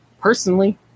Personally